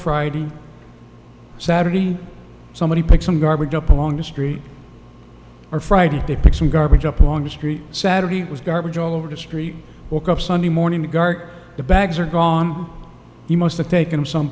friday saturday somebody pick some garbage up along the street or friday they pick some garbage up along the street saturday was garbage all over the street woke up sunday morning the guard the bags are gone the most to take him some